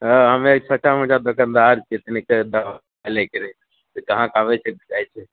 हँ हम्मे एक छोटा मोटा दोकानदार छियै तनिके दबाइ लैके रहै से कहाँ से आबै छै जाइ छै